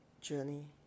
journey